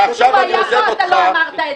הוא היה פה, אתה לא אמרת את זה, אז אל תשחק אותה.